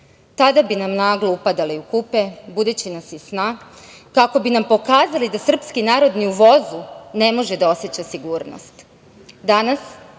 Tada bi nam naglo upadali u kupe, budeći nas iz sna, kako bi nam pokazali da srpski narod ni u vozu ne može da oseća sigurnost. Danas,